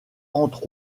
entre